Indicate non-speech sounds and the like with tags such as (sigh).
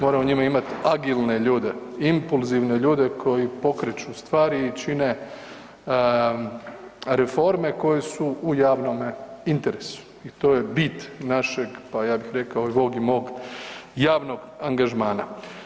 Mora u njima imati agilne ljude, impulzivne ljude koji pokreću stvari i čine reforme koje su u javnome interesu i to je bit našeg pa ja bih rekao, i ... (unintelligible) i mog javnog angažmana.